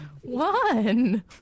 One